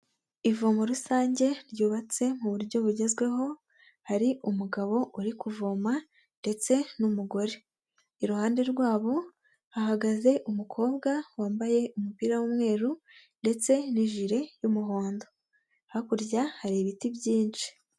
Ivomo rusange ryubatse mu buryo bugezweho, hari umugabo uri kuvoma, ndetse n'umugore. Iruhande rwabo hahagaze umukobwa wambaye umupira w'umweru, ndetse n'ijire y'umuhondo. Hakurya hari ibiti byinshi.